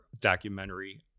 documentary